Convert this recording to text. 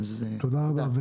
תודה רבה.